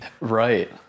Right